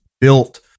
built